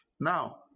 Now